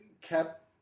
kept